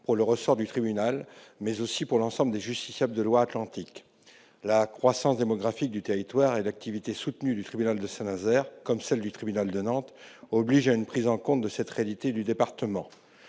pour le ressort du tribunal, mais aussi pour l'ensemble des justiciables de Loire-Atlantique. La croissance démographique du territoire et l'activité soutenue du tribunal de Saint-Nazaire comme celle du tribunal de Nantes obligent à une prise en compte de cette réalité du département.